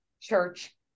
church